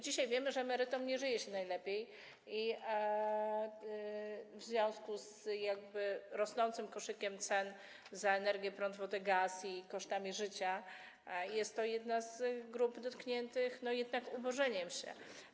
Dzisiaj wiemy, że emerytom nie żyje się najlepiej, w związku z rosnącym koszykiem cen za energię, prąd, wodę, gaz i kosztami życia jest to jedna z grup dotkniętych ubożeniem się.